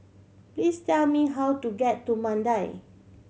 please tell me how to get to Mandai